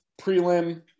prelim